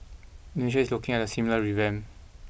Indonesia is looking at a similar revamp